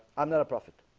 i'm not a prophet